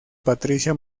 patricia